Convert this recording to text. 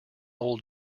old